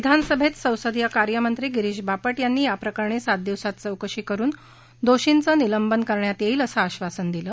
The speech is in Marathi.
विधानसभेत संसदीय कार्यमंत्री गिरीश बापट यांनी याप्रकरणी सात दिवसात चौकशी करुन दोर्षीचं निलंबन करण्यात येईल असं आब्बासन दिलं